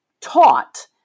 taught